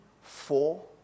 four